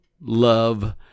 love